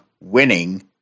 Winning